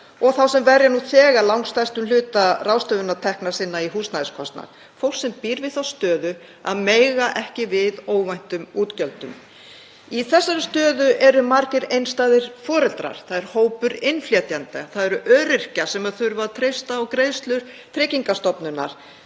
og þá sem verja nú þegar langstærstum hluta ráðstöfunartekna sinna í húsnæðiskostnað, fólk sem er í þeirri stöðu að mega ekki við óvæntum útgjöldum. Í þessari stöðu eru margir einstæðir foreldrar, hópur innflytjenda, öryrkjar sem þurfa að treysta á greiðslur Tryggingastofnunar,